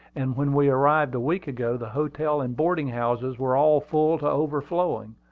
and when we arrived a week ago, the hotels and boarding-houses were all full to overflowing.